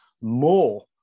more